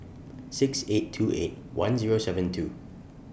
six eight two eight one Zero seven two